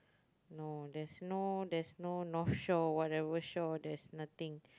no there's no there's no North Shore whatever shore there's nothing